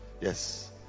Yes